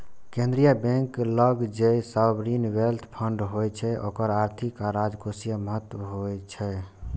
केंद्रीय बैंक लग जे सॉवरेन वेल्थ फंड होइ छै ओकर आर्थिक आ राजकोषीय महत्व होइ छै